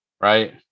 Right